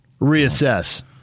reassess